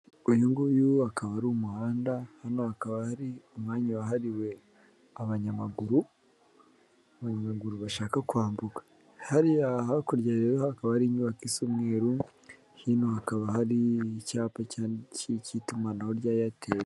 Uyu nguyu akaba ari umuhanda, hano hakaba hari umwanya wahariwe abanyamaguru, abanyamaguru bashaka kwambuka. Hariya hakurya rero hakaba hari inyubako isa umweru, hino hakaba hari icyapa cy'itumanaho rya Airtel.